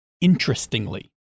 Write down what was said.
interestingly